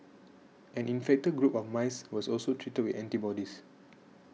an infected group of mice was also treated with antibodies